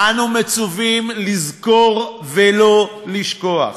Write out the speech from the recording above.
אנו מצווים לזכור ולא לשכוח,